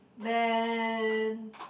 then